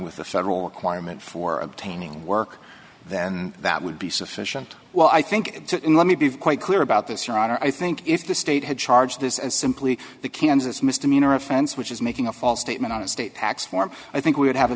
with a federal requirement for obtaining work then that would be sufficient well i think it's in let me be quite clear about this your honor i think if the state had charge this as simply the kansas misdemeanor offense which is making a false statement on a state tax form i think we would have a